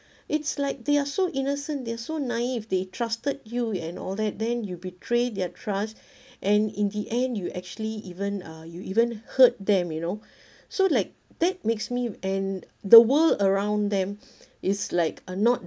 it's like they are so innocent they are so naive they trusted you and all that then you betray their trust and in the end you actually even uh you even hurt them you know so like that makes me and the world around them is like a not